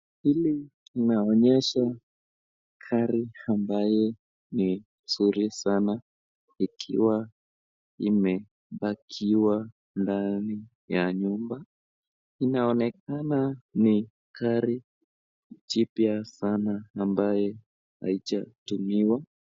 Hili ni linaonyesha gari ambayo ni nzuri sana ikiwa imepakiwa ndani ya nyumba. Inaonekana ni gari jipya sana ambayo haijatumiwa.